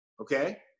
okay